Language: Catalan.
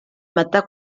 matar